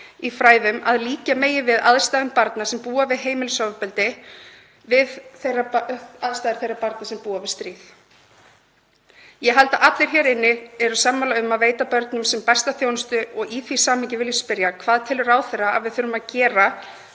í fræðum að líkja megi aðstæðum barna sem búa við heimilisofbeldi við aðstæður þeirra barna sem búa við stríð. Ég held að allir hér inni séu sammála um að veita börnum sem besta þjónustu og í því samhengi vil ég spyrja: Hvað telur ráðherra að við þurfum að gera